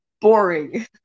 Boring